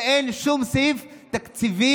ואין שום סעיף תקציבי